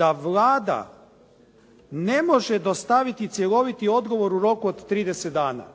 da Vlada ne može dostaviti cjeloviti odgovor u roku od 30 dana.